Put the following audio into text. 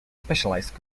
specialized